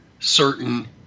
Certain